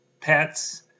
pets